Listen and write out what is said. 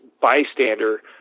bystander